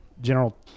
General